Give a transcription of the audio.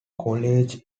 college